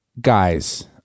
guys